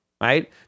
right